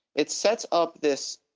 it sets up this